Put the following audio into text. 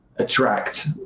attract